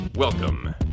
Welcome